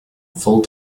full